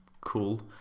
cool